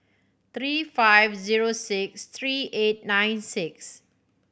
three five zero six three eight nine six